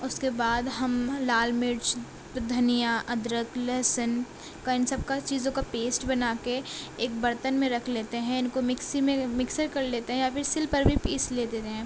اس کے بعد ہم لال مرچ دھنیا ادرک لہسن کا ان سب کا چیزوں کا پیسٹ بنا کے ایک برتن میں رکھ لیتے ہیں ان کو مکسی میں مکسر کر لیتے ہیں یا پھر سل پر بھی پیس لیتے ہیں